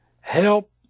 help